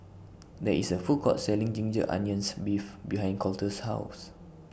There IS A Food Court Selling Ginger Onions Beef behind Colter's House